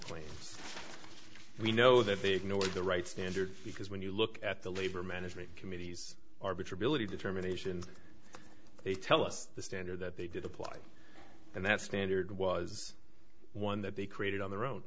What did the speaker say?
claims we know that they ignored the right standard because when you look at the labor management committees arbiter ability determination they tell us the standard that they did apply and that standard was one that they created on their own